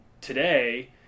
today